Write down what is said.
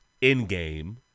in-game